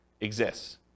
exists